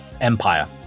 empire